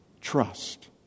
trust